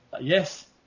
yes